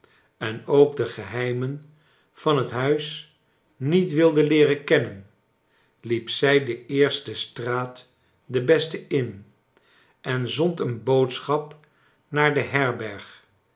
en ook de geheimen van het huis niet wilde leeren kennen liep zij de eerste straat de beste in en zond een boodschap naar de herberg